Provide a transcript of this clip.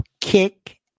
kick